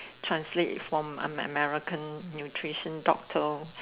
translate from an American nutrition doctor